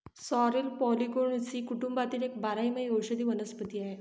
sorrel polygonaceae कुटुंबातील एक बारमाही औषधी वनस्पती आहे